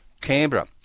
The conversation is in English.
Canberra